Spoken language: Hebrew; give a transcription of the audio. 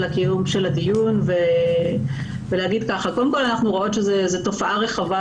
קיום הדיון ולהגיד כך: קודם כל אנחנו רואים שזו תופעה רחבה,